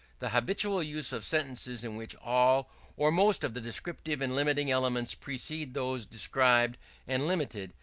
the habitual use of sentences in which all or most of the descriptive and limiting elements precede those described and limited,